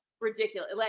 Ridiculous